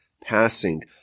passing